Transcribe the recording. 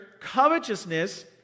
covetousness